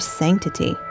sanctity